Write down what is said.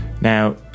Now